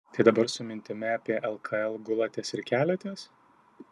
tai dabar su mintimi apie lkl gulatės ir keliatės